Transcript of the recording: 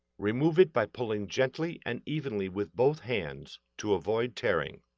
remove it by pulling gently and evenly with both hands to avoid tearing.